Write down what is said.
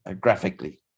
graphically